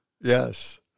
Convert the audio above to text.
Yes